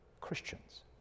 Christians